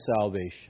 salvation